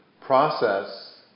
process